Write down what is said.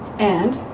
and